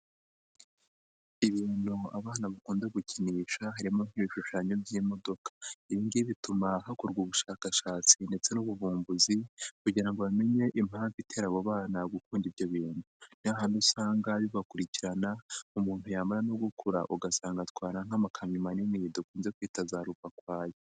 Ibintu abana bakunda gukinisha harimo nk'ibishushanyo by'imodoka. Ibi ngibi bituma hakorwa ubushakashatsi ndetse n'ubuvumbuzi kugira ngo bamenye impamvu itera abo bana gukunda ibyo bintu. Ni hahandi usanga bibakurikirana, umuntu yamara no gukura, ugasanga atwara nk'amakamyo manini ibi dukunze kwita za Ruvakwaya.